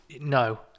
No